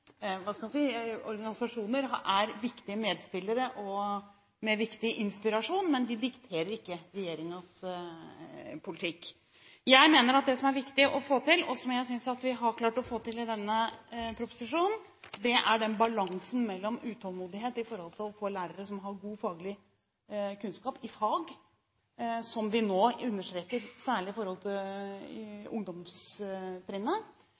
hva skal jeg si – organisasjoner er viktige medspillere, med viktig inspirasjon, men de dikterer ikke regjeringens politikk. Jeg mener at det som er viktig å få til, og som jeg synes at vi har klart å få til i denne proposisjonen, er den balansen mellom utålmodighet etter å få lærere som har god faglig kunnskap i fag, som vi nå understreker særlig